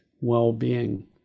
well-being